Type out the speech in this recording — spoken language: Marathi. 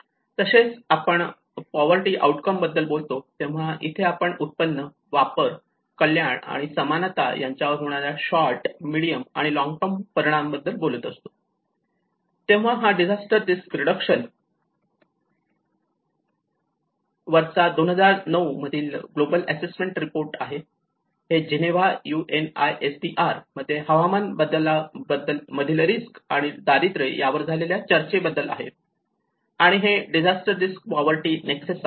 तसेच जेव्हा आपण पोवर्टी आउटकम बद्दल बोलतो तेव्हा इथे आपण उत्पन्न वापर कल्याण आणि समानता यांच्यावर होणाऱ्या शॉर्ट मिडीयम आणि लॉंग टर्म परिणामांबद्दल बोलतो तेव्हा हा डिझास्टर रिस्क रीडक्शन वरचा 2009 मधील ग्लोबल असेसमेंट रिपोर्ट आहे हे जिनेव्हा UNISDR मध्ये हवामान बदला मधील रिस्क आणि दारिद्र्य यावर झालेल्या चर्चेबद्दल आहे आणि हे डिझास्टर रिस्क पोवर्टी नेक्सस आहे